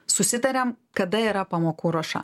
susitariam kada yra pamokų ruoša